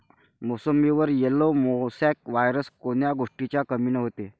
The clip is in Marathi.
मोसंबीवर येलो मोसॅक वायरस कोन्या गोष्टीच्या कमीनं होते?